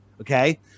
Okay